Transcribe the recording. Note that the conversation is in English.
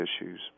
issues